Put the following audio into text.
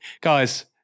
Guys